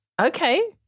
Okay